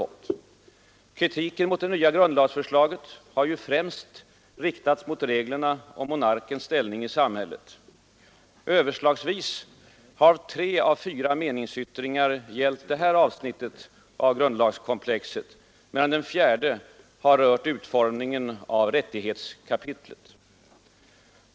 Kritiken mot det nya grundlagsförslaget har ju främst riktats mot reglerna om monarkens ställning i samhället. Överslagsvis har tre av fyra meningsyttringar gällt detta avsnitt av grundlagskomplexet, medan den fjärde rört utformningen av rättighetskapitlet.